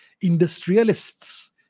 industrialists